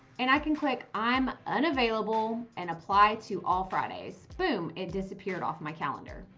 and i can click i'm unavailable and apply to all fridays, boom, it disappeared off my calendar.